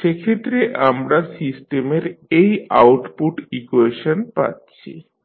সেক্ষেত্রে আমরা সিস্টেমের এই আউটপুট ইকুয়েশন পাচ্ছি